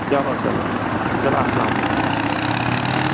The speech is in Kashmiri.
چلو چلو چلو چلو اسلام علَے